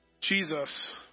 Jesus